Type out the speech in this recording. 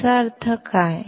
याचा अर्थ काय